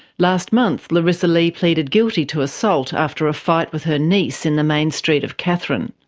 last month larisa lee pleaded guilty to assault after a fight with her niece in the main street of katherine.